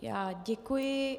Já děkuji.